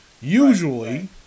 Usually